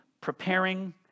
preparing